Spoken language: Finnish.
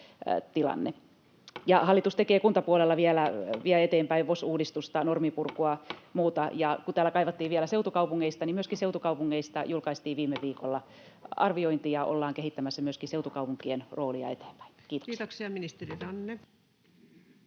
Hallitus vie kuntapuolella vielä eteenpäin VOS-uudistusta, norminpurkua ja muuta. Kun täällä kaivattiin tietoa vielä seutukaupungeista, niin myöskin seutukaupungeista julkaistiin viime viikolla arviointi ja ollaan kehittämässä myöskin seutukaupunkien roolia eteenpäin. — Kiitoksia. Kiitoksia. — Ministeri Ranne.